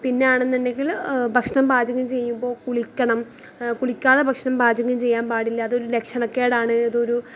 പിന്നെ ആണെന്നുണ്ടെങ്കിൽ ഭക്ഷണം പാചകം ചെയ്യുമ്പോൾ കുളിക്കണം കുളിക്കാതെ ഭക്ഷണം പാചകം ചെയ്യാൻ പാടില്ല അതൊരു ലക്ഷണക്കേടാണ് അതൊരു